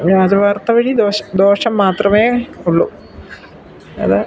വ്യാജ വാർത്ത വഴി ദോഷം മാത്രമേ ഉള്ളു അത്